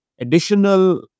additional